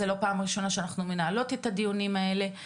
זו לא פעם ראשונה שאנחנו מנהלות את הדיונים האלה.